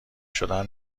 شدن